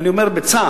אני אומר בצער,